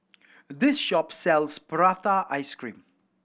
this shop sells prata ice cream